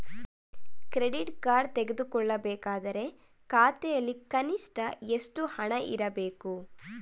Credit card ತೆಗೆದುಕೊಳ್ಳಬೇಕಾದರೆ ಖಾತೆಯಲ್ಲಿ ಕನಿಷ್ಠ ಎಷ್ಟು ಹಣ ಇರಬೇಕು?